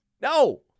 No